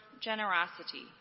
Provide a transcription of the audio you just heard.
generosity